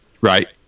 right